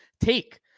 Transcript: take